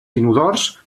inodors